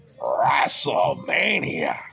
WrestleMania